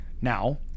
Now